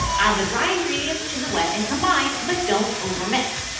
add the dry ingredients to the wet and combine but don't overmix.